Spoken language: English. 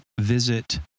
visit